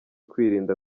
kwirinda